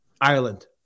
Ireland